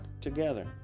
together